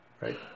Right